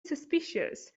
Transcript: suspicious